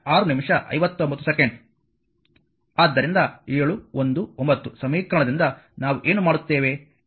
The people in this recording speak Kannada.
ಆದ್ದರಿಂದ 7 1 ಮತ್ತು 9 ಸಮೀಕರಣದಿಂದ ನಾವು ಏನು ಮಾಡುತ್ತೇವೆ